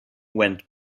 went